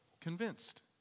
convinced